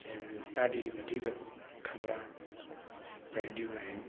जंहिं में ॾाढी वधीक ख़बरूं पवंदियूं आहिनि